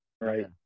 right